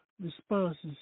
responses